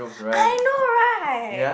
I know right